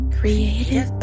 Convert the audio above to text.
Creative